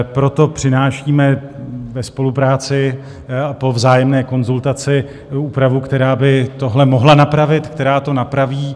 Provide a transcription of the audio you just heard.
Proto přinášíme ve spolupráci a po vzájemné konzultaci úpravu, která by tohle mohla napravit, která to napraví.